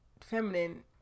feminine